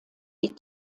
die